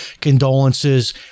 condolences